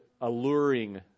alluring